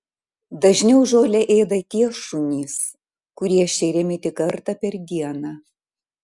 dažniau žolę ėda tie šunys kurie šeriami tik kartą per dieną